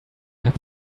have